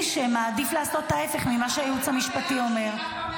על הצד השני שמעדיף לעשות ההפך ממה שהייעוץ המשפטי אומר.